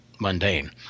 mundane